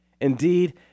Indeed